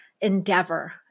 endeavor